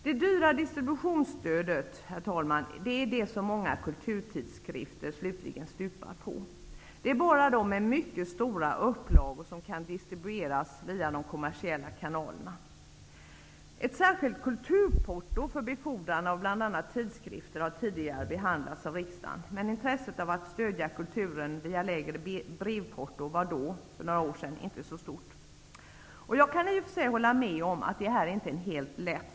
Det är det dyra distributionsstödet, herr talman, som många kulturtidskrifter slutligen stupar på. Det är bara de tidskrifter som har mycket stora upplagor som kan distribueras via de kommersiella kanalerna. Frågan om ett särskilt kulturporto för befordran av bl.a. tidskrifter har tidigare behandlats av riksdagen. Men intresset för att stödja kulturen genom ett billigare brevporto var inte så stort för några år sedan. Jag kan i och för sig hålla med om att frågan inte är så lätt.